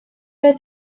oedd